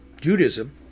Judaism